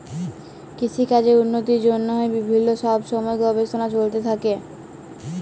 কিসিকাজের উল্লতির জ্যনহে বিভিল্ল্য ছব ছময় গবেষলা চলতে থ্যাকে